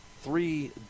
three